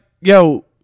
Yo